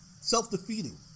self-defeating